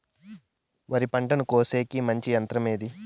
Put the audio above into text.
వరి పంటను కోసేకి మంచి యంత్రం ఏది?